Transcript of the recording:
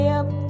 up